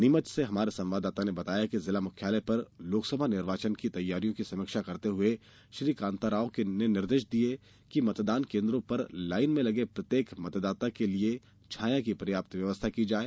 नीमच से हमारे संवाददाता ने बताया है कि जिला मुख्यालय पर लोकसभा निर्वाचन की तैयारियों की समीक्षा करते हुए श्री कांताराव ने निर्देश दिये कि मतदान केन्द्रों पर लाइन में लगे प्रत्येक मतदाता के लिये छाया की पर्याप्त व्यवस्था की जाये